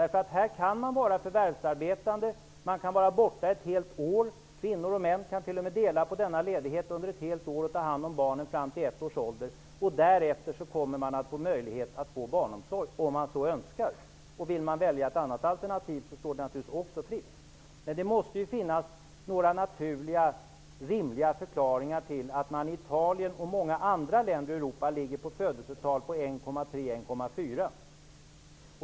Här kan kvinnorna vara förvärvsarbetande och vara borta från arbetet ett helt år -- kvinnor och män kan t.o.m. dela på denna ledighet under ett helt år och ta hand om barnen fram till ett års ålder -- och därefter har man möjlighet att få barnomsorg, om man så önskar. Vill man välja ett annat alternativ står naturligtvis även den möjligheten var och en fritt. Det måste ju finnas några naturliga, rimliga förklaringar till att man i Italien och i många andra länder i Europa har födelsetal på 1,3 eller 1,4.